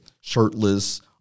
shirtless